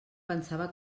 pensava